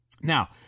Now